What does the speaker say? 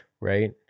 right